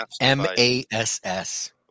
M-A-S-S